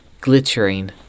glittering